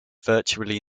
virtually